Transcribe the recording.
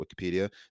Wikipedia